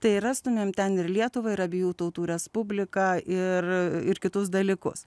tai rastumėm ten ir lietuvą ir abiejų tautų respubliką ir ir kitus dalykus